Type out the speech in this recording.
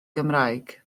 gymraeg